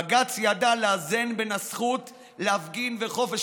בג"ץ ידע לאזן בין הזכות להפגין וחופש